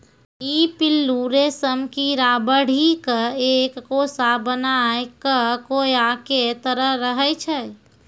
ई पिल्लू रेशम कीड़ा बढ़ी क एक कोसा बनाय कॅ कोया के तरह रहै छै